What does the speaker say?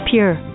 Pure